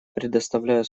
предоставляю